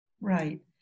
Right